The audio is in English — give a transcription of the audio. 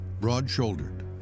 broad-shouldered